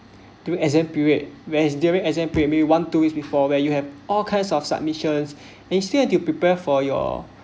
during exam period where as during exam period one two weeks before where you have all kinds of submissions and instead you prepare for your